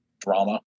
drama